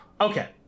Okay